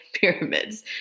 pyramids